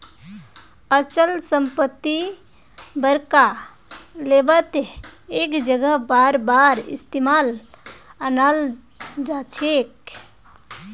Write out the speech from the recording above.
अचल संपत्ति बड़का लेवलत एक जगह बारबार इस्तेमालत अनाल जाछेक